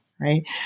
right